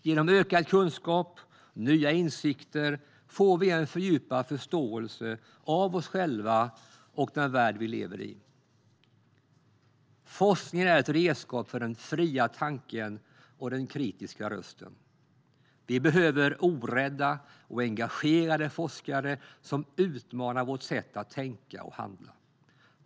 Genom ökad kunskap och nya insikter får vi en fördjupad förståelse för oss själva och den värld vi lever i. Forskningen är ett redskap för den fria tanken och den kritiska rösten. Vi behöver orädda och engagerade forskare som utmanar vårt sätt att tänka och handla.